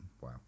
Wow